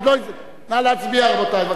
תודה רבה.